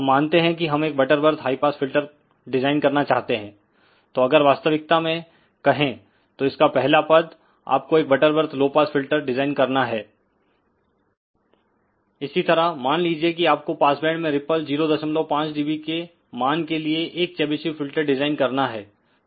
हम मानते हैं कि हम एक Butterworth high pass filter design करना चाहते हैं तो अगर वास्तविकता में कहें तो इसका पहला पद आपको एक Butterworth low pass filter design करना है इसी तरह मान लीजिए कि आपको पास बैंड में रिपल 05 dB के मान के लिए एक चेबीशेव फिल्टर डिजाइन करना है